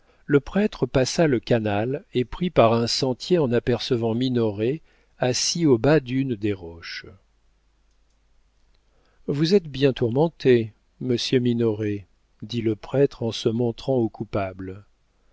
le prêtre passa le canal et prit par un sentier en apercevant minoret au bas d'une des roches vous êtes bien tourmenté monsieur minoret dit le prêtre en se montrant au coupable